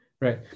Right